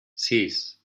sis